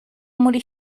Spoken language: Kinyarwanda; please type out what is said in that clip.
muri